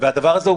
הדבר הזה פשוט,